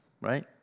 right